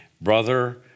brother